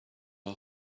are